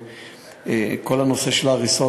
כל הנושא של ההריסות,